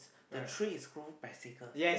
the tree is grow bicycles